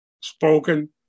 spoken